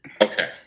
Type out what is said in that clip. Okay